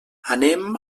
anem